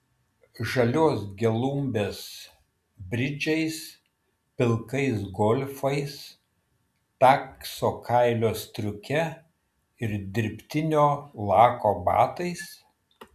žalios gelumbės bridžais pilkais golfais takso kailio striuke ir dirbtinio lako batais